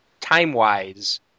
time-wise